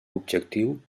objectiu